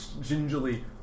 gingerly